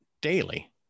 daily